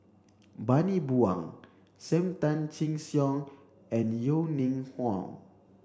Bani Buang Sam Tan Chin Siong and Yeo Ning Hong